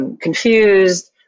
confused